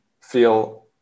feel